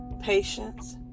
patience